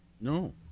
no